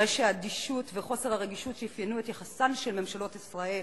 הרי האדישות וחוסר הרגישות שאפיינו את יחסן של ממשלות ישראל